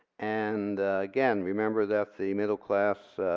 and again, remember that the middle class